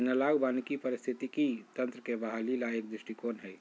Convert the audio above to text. analogue वानिकी पारिस्थितिकी तंत्र के बहाली ला एक दृष्टिकोण हई